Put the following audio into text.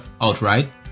outright